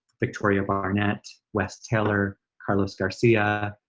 victoria barnett, wes taylor, carlos garcia,